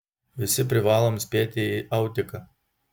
visi privalom spėti į autiką